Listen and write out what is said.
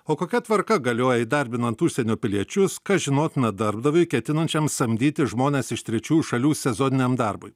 o kokia tvarka galioja įdarbinant užsienio piliečius kas žinotina darbdaviui ketinančiam samdyti žmones iš trečiųjų šalių sezoniniam darbui